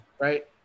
right